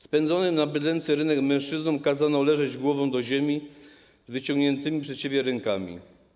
Spędzonym na bydlęcy rynek mężczyznom kazano leżeć głową do ziemi z wyciągniętymi przed siebie rękami.